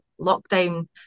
lockdown